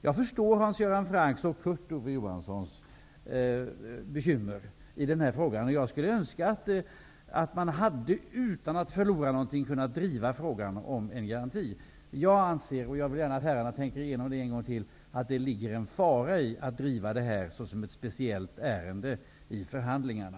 Jag förstår Hans Göran Francks och Kurt Ove Johanssons bekymmer i denna fråga. Jag skulle önska att man, utan att förlora någonting, hade kunnat driva frågan om en garanti. Jag anser -- jag vill gärna att herrarna tänker igenom det en gång till -- att det ligger en fara i att driva det här som ett speciellt ärende i förhandlingarna.